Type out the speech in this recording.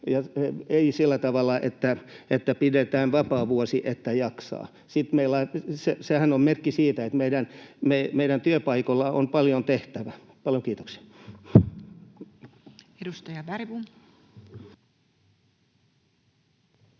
ei sillä tavalla, että pidetään vapaa vuosi, että jaksaa. Sitten sehän on merkki siitä, että meidän työpaikoilla on paljon tehtävää. — Paljon kiitoksia. [Speech 211]